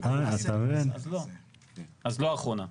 אז לא אחרונה.